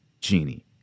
Genie